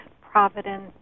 Providence